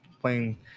playing